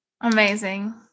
Amazing